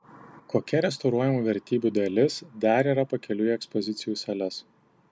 kokia restauruojamų vertybių dalis dar yra pakeliui į ekspozicijų sales